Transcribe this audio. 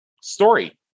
Story